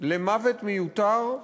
למוות מיותר,